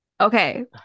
okay